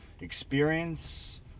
experience